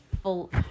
full